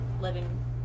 living